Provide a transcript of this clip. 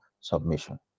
Submission